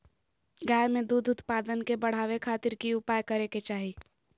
गाय में दूध उत्पादन के बढ़ावे खातिर की उपाय करें कि चाही?